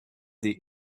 the